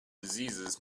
diseases